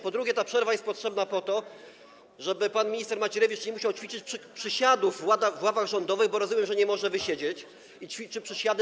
Po drugie, ta przerwa jest potrzebna po to, żeby pan minister Macierewicz nie musiał ćwiczyć przysiadów w ławach rządowych, bo rozumiem, że nie może wysiedzieć i ćwiczy przysiady.